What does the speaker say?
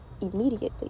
immediately